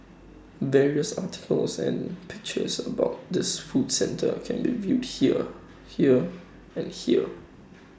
various articles and pictures about this food centre can be viewed here here and here